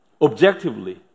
Objectively